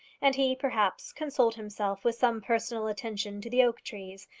and he, perhaps, consoled himself with some personal attention to the oak trees.